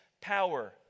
power